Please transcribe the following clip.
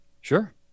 Sure